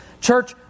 church